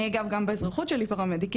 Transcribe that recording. אני אגב גם באזרחות שלי פרמדיקית,